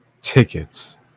Tickets